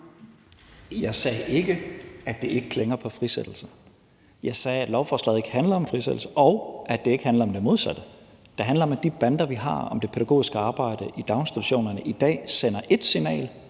Jeg sagde ikke, at det ikke har en klang af frisættelse. Jeg sagde, at lovforslaget ikke handler om frisættelse, og at det ikke handler om det modsatte. Det handler om, at de rammer, vi har sat om det pædagogiske arbejde i daginstitutionerne i dag, sender ét signal,